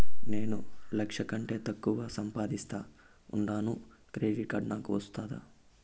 నేను లక్ష కంటే తక్కువ సంపాదిస్తా ఉండాను క్రెడిట్ కార్డు నాకు వస్తాదా